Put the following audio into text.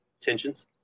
tensions